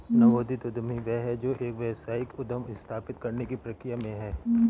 नवोदित उद्यमी वह है जो एक व्यावसायिक उद्यम स्थापित करने की प्रक्रिया में है